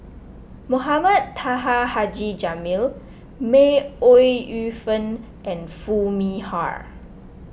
Mohamed Taha Haji Jamil May Ooi Yu Fen and Foo Mee Har